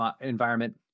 environment